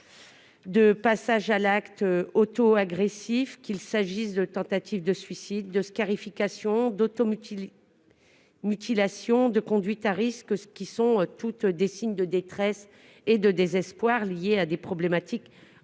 de passages à l'acte auto-agressifs, qu'il s'agisse de tentatives de suicide, de scarifications, d'automutilations, de conduites à risque. Ce sont des signes de détresse et de désespoir liés à des tendances anxieuses